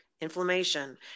inflammation